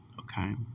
okay